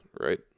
right